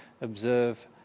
observe